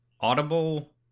Audible